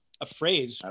afraid